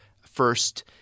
first